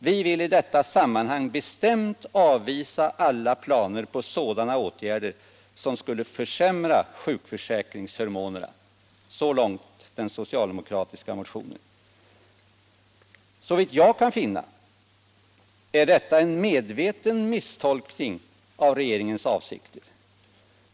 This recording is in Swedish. Vi vill i detta sammanhang bestämt avvisa alla planer på sådana åtgärder som skulle försämra sjukförsäkringsförmånerna.” — Så långt den socialdemokratiska motionen. Såvitt jag kan finna är detta en medveten misstolkning av regeringens avsikter.